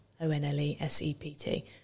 O-N-L-E-S-E-P-T